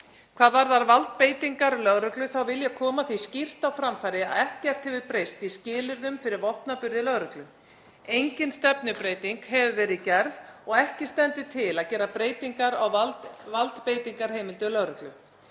Hvað varðar valdbeitingu lögreglu vil ég koma því skýrt á framfæri að ekkert hefur breyst í skilyrðum fyrir vopnaburði lögreglu. Engin stefnubreyting hefur verið gerð og ekki stendur til að gera breytingar á valdbeitingarheimildum lögreglu.